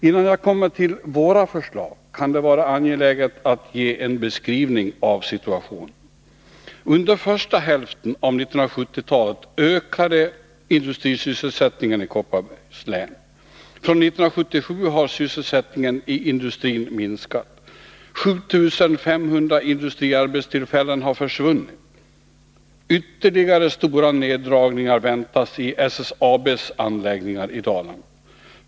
Innan jag kommer till våra förslag kan det vara angeläget att ge en beskrivning av situationen. Under första hälften av 1970-talet ökade industrisysselsättningen i Kopparbergs län. Från 1977 har sysselsättningen i industrin minskat. 7 500 industriarbetstillfällen har försvunnit. Ytterligare stora neddragningar väntas i SSAB:s anläggningar i Dalarna.